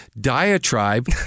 diatribe